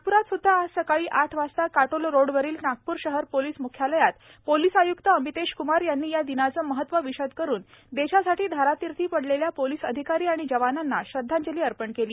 नागप्रात सुद्धा आज सकाळी आठ वाजता काटोल रोड वरील नागपूर शहर पोलीस मुख्यालय येथे पोलिस आय्क्त अमितेश कुमार यांनी या दिनाचे महत्त्व विषद करून देशासाठी धारातीर्थी पडलेल्या पोलिस अधिकारी आणि जवानांना श्रद्वांजली अर्पण केली